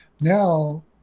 now